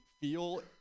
feel